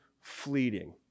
fleeting